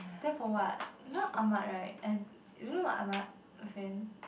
then for what you know Ahmad right and you know like Ahmad my friend